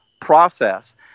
process